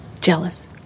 jealous